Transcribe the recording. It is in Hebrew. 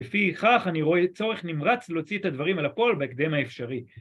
לפי כך אני רואה צורך נמרץ להוציא את הדברים אל הפועל בהקדם האפשרי.